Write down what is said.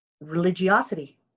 religiosity